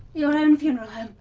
your own funeral home?